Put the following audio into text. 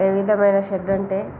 ఏ విధమైన షెడ్ అంటే